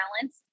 Balance